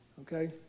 Okay